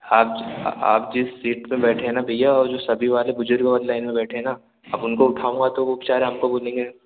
आप आप जिस सीट पे बैठे हैं ना भईया और जो सभी वाले बुजुर्गों वाली लाइन में बैठे है ना अब उनको उठाऊंगा तो बिचारे हमको बोलेंगे